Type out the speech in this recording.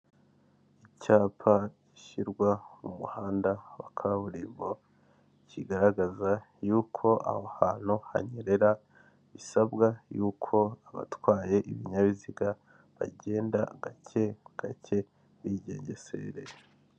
Inteko cyangwa inama yiganjemo abantu ubwoko bwose harimo; abagabo babiri ndetse n'abagore babiri. Umugore umwe n'umuzungu wambaye ishati imwe n'utuntu tw'umukara n'abagabo babiri umwe yambaye ikositimu y'ubururu bwijimye ndetse na karuvati y'ubururu n'ishati y'umweru, n'undi mugabo wambaye agapira k'amaboko magufi k'ubururu.